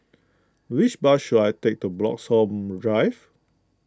which bus should I take to Bloxhome Drive